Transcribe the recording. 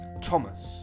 Thomas